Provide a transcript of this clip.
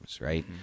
right